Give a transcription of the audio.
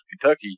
Kentucky